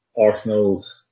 Arsenal's